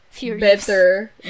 Better